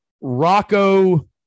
Rocco